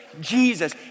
Jesus